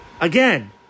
Again